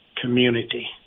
community